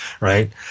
right